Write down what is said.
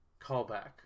callback